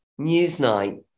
Newsnight